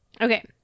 Okay